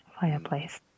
fireplace